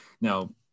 now